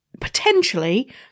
potentially